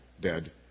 dead